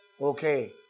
Okay